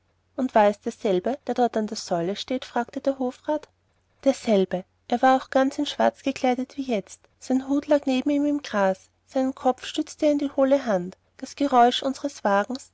und war es derselbe der dort an der säule steht fragte der hofrat derselbe er war auch ganz schwarz gekleidet wie jetzt sein hut lag neben ihm im gras seinen kopf stützte er in die hohle hand das geräusch unseres wagens